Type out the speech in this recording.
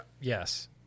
Yes